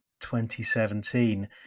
2017